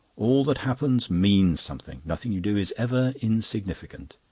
all that happens means something nothing you do is ever insignificant.